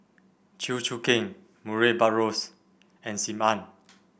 Chew Choo Keng Murray Buttrose and Sim Ann